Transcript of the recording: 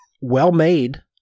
Well-made